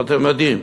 אבל אתם יודעים.